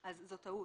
זאת טעות.